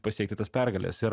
pasiekti tas pergales ir